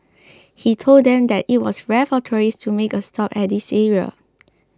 he told them that it was rare for tourists to make a stop at this area